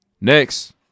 Next